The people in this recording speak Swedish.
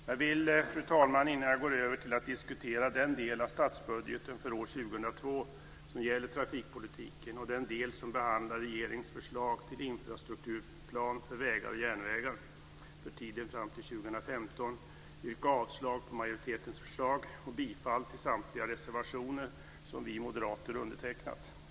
Jag vill, fru talman, innan jag går över till att diskutera den del av statsbudgeten för år 2002 som gäller trafikpolitiken och den del som behandlar regeringens förslag till infrastrukturplan för vägar och järnvägar för tiden fram till 2015, yrka avslag på majoritetens förslag och bifall till samtliga reservationer som vi moderater undertecknat.